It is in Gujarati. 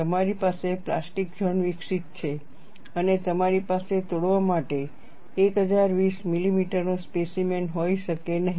તમારી પાસે પ્લાસ્ટિક ઝોન વિકસિત છે અને તમારી પાસે તોડવા માટે 1020 મિલીમીટરનો સ્પેસીમેન હોઈ શકે નહીં